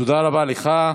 תודה רבה לך.